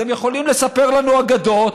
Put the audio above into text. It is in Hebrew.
אתם יכולים לספר לנו אגדות,